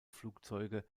flugzeuge